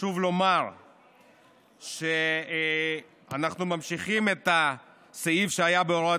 חשוב לומר שאנחנו ממשיכים את הסעיף שהיה בהוראת